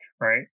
right